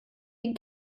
den